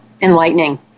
enlightening